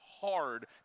hard